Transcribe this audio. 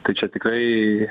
tai čia tikrai